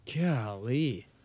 Golly